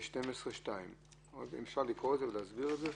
מאוד קפדנית בעניין הזה.